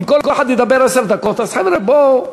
אם כל אחד ידבר עשר דקות אז, חבר'ה, בואו.